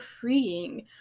freeing